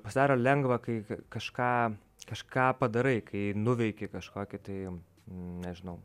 pasidaro lengva kai kažką kažką padarai kai nuveiki kažkokį tai nežinau